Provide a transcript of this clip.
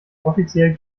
offiziell